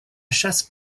chasse